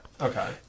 Okay